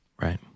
Right